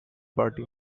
party